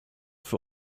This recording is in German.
für